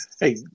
Hey